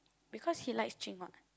because he likes Jing what